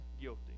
guilty